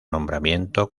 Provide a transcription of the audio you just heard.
nombramiento